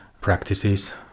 practices